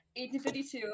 1852